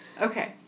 Okay